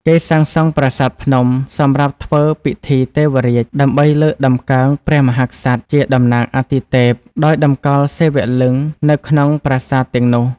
គេសាងសង់ប្រាសាទភ្នំសម្រាប់ធ្វើពិធីទេវរាជ ដើម្បីលើកតម្កើងព្រះមហាក្សត្រជាតំណាងអាទិទេព ដោយតម្កល់សិវលិង្គនៅក្នុងប្រាសាទទាំងនោះ។